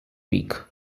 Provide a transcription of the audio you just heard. week